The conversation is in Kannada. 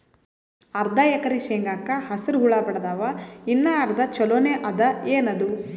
ಅರ್ಧ ಎಕರಿ ಶೇಂಗಾಕ ಹಸರ ಹುಳ ಬಡದಾವ, ಇನ್ನಾ ಅರ್ಧ ಛೊಲೋನೆ ಅದ, ಏನದು?